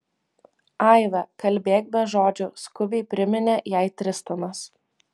aive kalbėk be žodžių skubiai priminė jai tristanas